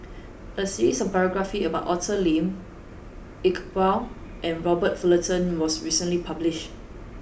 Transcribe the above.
a series of biographies about Arthur Lim Iqbal and Robert Fullerton was recently published